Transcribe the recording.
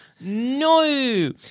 no